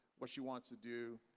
what she wants to do.